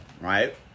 right